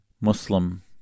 Muslim